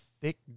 Thick